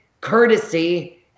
courtesy